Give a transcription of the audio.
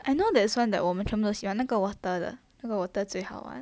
I know that there's one that 我们全部都喜欢那个 water 的那个 water 最好玩